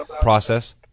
process